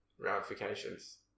ramifications